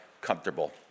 comfortable